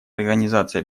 организации